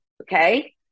Okay